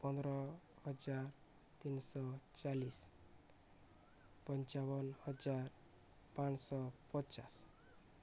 ପନ୍ଦର ହଜାର ତିନିଶହ ଚାଳିଶ ପଞ୍ଚାବନ ହଜାର ପାଞ୍ଚଶହ ପଚାଶ